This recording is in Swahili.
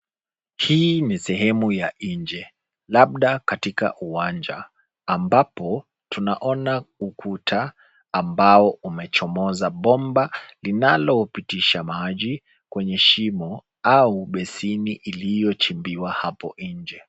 Hii ni sehemu ya nje labda katika uwanja ambapo tunaona ukuta ambao umechomoza bomba linalopitisha maji kwenye shimo au beseni iliyochimbiwa hapo nje.